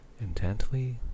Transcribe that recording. intently